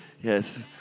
Yes